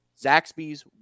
Zaxby's